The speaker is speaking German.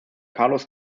carlos